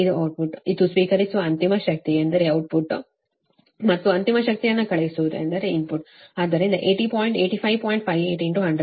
ಇದು ಔಟ್ಪುಟ್ ಇದು ಸ್ವೀಕರಿಸುವ ಅಂತಿಮ ಶಕ್ತಿ ಎಂದರೆ ಔಟ್ಪುಟ್ ಮತ್ತು ಅಂತಿಮ ಶಕ್ತಿಯನ್ನು ಕಳುಹಿಸುವುದು ಎಂದರೆ ಇನ್ಪುಟ್ ಆದ್ದರಿಂದ 8085